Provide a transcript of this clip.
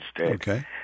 Okay